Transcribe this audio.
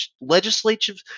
legislative